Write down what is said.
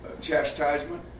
chastisement